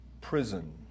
prison